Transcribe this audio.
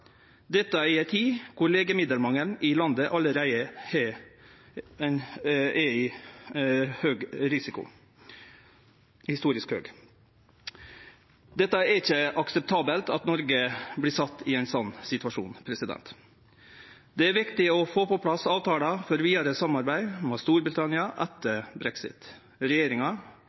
dette i ei tid då legemiddelmangelen i landet allereie er ein høg risiko – historisk høg. Det er ikkje akseptabelt at Noreg vert sett i ein slik situasjon. Det er viktig å få på plass avtalar for vidare samarbeid med Storbritannia etter brexit. Regjeringa